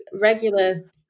regular